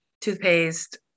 toothpaste